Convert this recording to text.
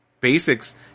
Basics